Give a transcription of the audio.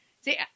see